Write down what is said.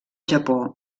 japó